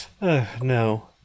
no